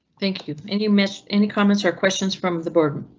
thank you and you missed any comments or questions from the board,